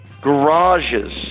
garages